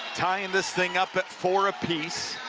tying this thing up at four apiece,